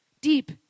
Deep